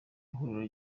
ihuriro